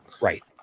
Right